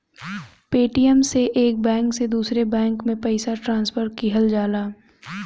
Paytm से एक bank से दूसरे बैंक में पइसा ट्रांसफर किहल जाला